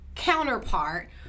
counterpart